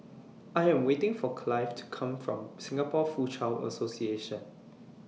I Am waiting For Clive to Come from Singapore Foochow Association